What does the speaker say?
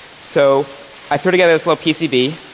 so i threw together this little pcb.